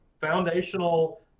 foundational